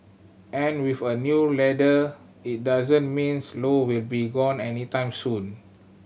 and with a new leader it doesn't means Low will be gone anytime soon